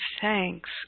thanks